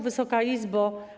Wysoka Izbo!